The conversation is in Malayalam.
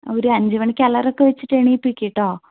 ആഹ് ഒരഞ്ച് മണിക്ക് അലാറം ഒക്കെ വച്ചിട്ട് എണീപ്പിക്ക് കേട്ടോ